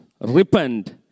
repent